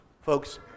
Folks